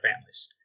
families